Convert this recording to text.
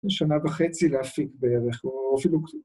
‫שנה וחצי להפיק בערך, או אפילו...